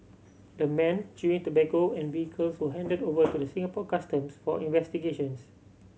the men chewing tobacco and vehicles were handed over to the Singapore Customs for investigations